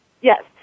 Yes